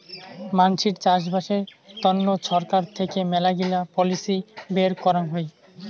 মানসির চাষবাসের তন্ন ছরকার থেকে মেলাগিলা পলিসি বের করাং হই